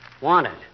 Wanted